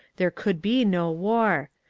there could be no war.